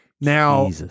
Now